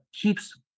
keeps